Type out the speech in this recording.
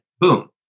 boom